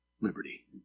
liberty